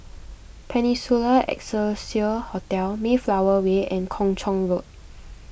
Peninsula Excelsior Hotel Mayflower Way and Kung Chong Road